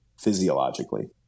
physiologically